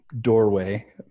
doorway